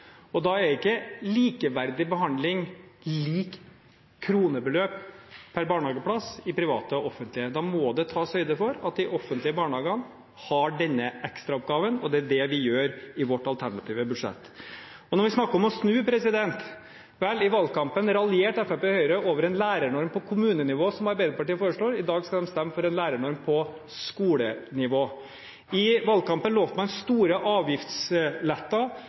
og da er ikke likeverdig behandling likt kronebeløp per barnehageplass i private og i offentlige. Da må det tas høyde for at de offentlige barnehagene har denne ekstraoppgaven, og det er det vi gjør i vårt alternative budsjett. Og når vi snakker om å snu: Vel, i valgkampen raljerte Fremskrittspartiet og Høyre over en lærernorm på kommunenivå som Arbeiderpartiet foreslo. I dag skal de stemme for en lærernorm på skolenivå. I valgkampen lovte man store